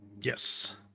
Yes